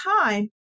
time